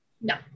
No